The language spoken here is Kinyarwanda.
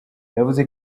yavuze